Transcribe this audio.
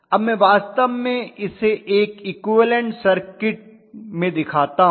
अब मैं वास्तव में इसे एक इक्विवलन्ट सर्किट में दिखाता हूं